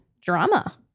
drama